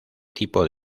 tipo